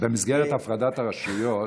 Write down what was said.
במסגרת הפרדת הרשויות,